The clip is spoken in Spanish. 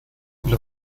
los